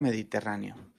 mediterráneo